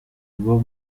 bwo